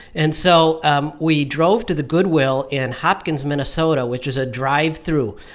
and so um we drove to the goodwill in hopkins, minn, so but which is a drive-through.